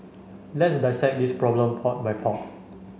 let's dissect this problem part by part